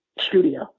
studio